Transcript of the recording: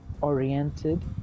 oriented